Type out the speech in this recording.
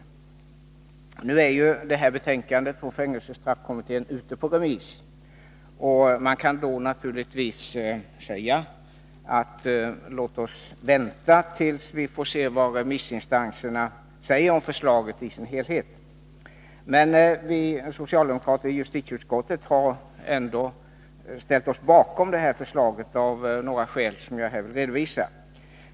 Fängelsestraffkommitténs betänkande är nu ute på remiss, och vi kan naturligtvis säga: Låt oss vänta tills vi får se vad remissinstanserna säger om förslaget i dess helhet. Men vi socialdemokrater i justitieutskottet har ändå ställt oss bakom detta förslag, av några skäl som jag vill redovisa här.